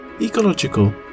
ecological